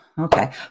Okay